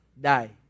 die